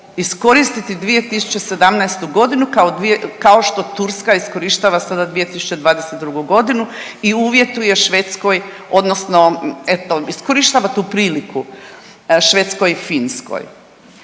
iskoristiti 2017. g. kao što to Turska iskorištava sada 2022. g. i uvjetuje Švedskoj, odnosno eto, iskorištava tu priliku Švedskoj i Finskoj